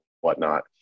whatnot